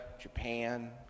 Japan